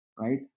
Right